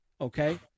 Okay